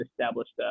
established